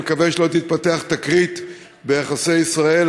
אני מקווה שלא תתפתח תקרית ביחסי ישראל,